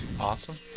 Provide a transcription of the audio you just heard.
Awesome